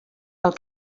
pel